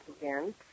again